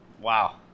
wow